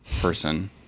person